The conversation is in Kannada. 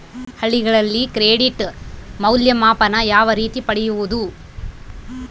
ಹಳ್ಳಿಗಳಲ್ಲಿ ಕ್ರೆಡಿಟ್ ಮೌಲ್ಯಮಾಪನ ಯಾವ ರೇತಿ ಪಡೆಯುವುದು?